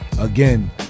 again